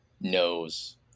knows